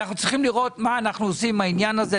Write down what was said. אנחנו צריכים לראות מה אנחנו עושים עם העניין הזה,